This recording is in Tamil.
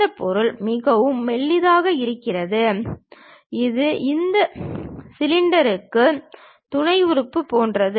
இந்த பகுதி மிகவும் மெல்லியதாக இருக்கிறது இது இந்த சிலிண்டருக்கு துணை உறுப்பு போன்றது